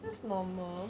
that's normal